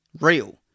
real